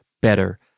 better